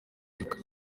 iheruka